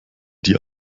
die